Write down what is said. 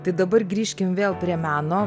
tai dabar grįžkim vėl prie meno